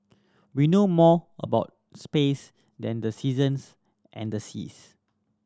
we know more about space than the seasons and the seas